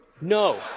No